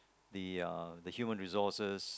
the uh the human resources